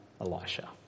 Elisha